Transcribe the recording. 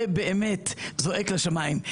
זה באמת זועק לשמיים.